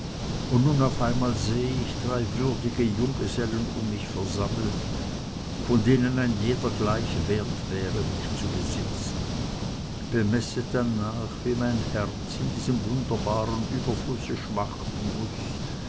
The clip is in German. und nun auf einmal sehe ich drei würdige junggesellen um mich versammelt von denen ein jeder gleich wert wäre mich zu besitzen bemesset darnach wie mein herz in diesem wunderbaren überflusse schmachten muß